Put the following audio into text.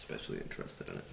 specially interested in